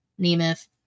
Nemeth